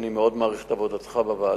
ואני מאוד מעריך את עבודתך בוועדה,